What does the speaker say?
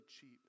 cheap